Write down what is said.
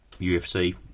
UFC